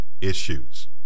issues